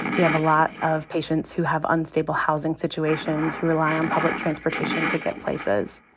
we have a lot of patients who have unstable housing situations, who rely on public transportation to get places.